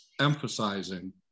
emphasizing